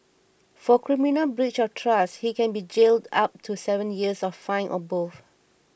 for criminal breach of trust he can be jailed up to seven years or fined or both